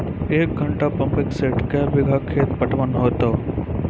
एक घंटा pumping set क्या बीघा खेत पटवन है तो?